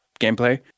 gameplay